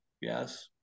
yes